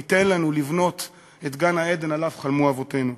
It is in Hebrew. וייתן לנו לבנות את גן-העדן שעליו חלמו אבותינו.